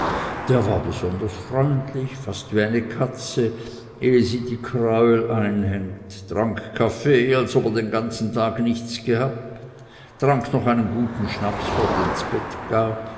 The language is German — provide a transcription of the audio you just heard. der war besonders freundlich fast wie eine katze ehe sie die kräuel einhängt trank kaffee als ob er den ganzen tag nichts gehabt trank noch einen guten schnaps vor dem